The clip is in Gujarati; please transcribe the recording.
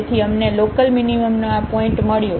તેથી અમને લોકલમીનીમમનો આ પોઇન્ટ મળ્યો